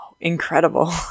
incredible